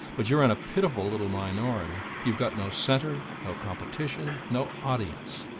but you're in a pitiful little minority you've got no centre, no competition, no audience.